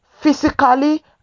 physically